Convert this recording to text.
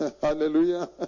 hallelujah